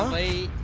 a